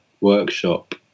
Workshop